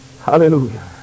Hallelujah